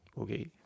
okay